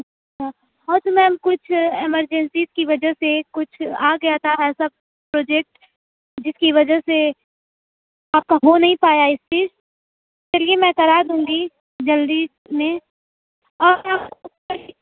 اچھا ہاں تو میم کچھ ایمرجنسیز کی وجہ سے کچھ آ گیا تھا ایسا پروجیکٹ جس کی وجہ سے آپ کا ہو نہیں پایا چلیے میں یہ کرا دوں گی جلدی میں